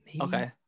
Okay